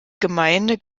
gemeinde